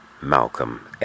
Malcolm